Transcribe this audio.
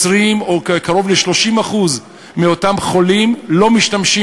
20% או קרוב ל-30% מאותם חולים לא משתתפים